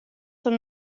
sun